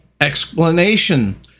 explanation